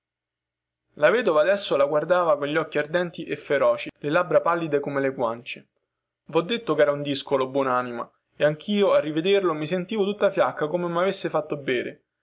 la vedova adesso la guardava cogli occhi ardenti e feroci le labbra pallide come le guance vho detto chera un discolo buonanima e anchio al rivederlo mi sentivo tutta fiacca come mavesse fatto bere